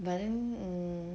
but then mmhmm